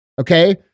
okay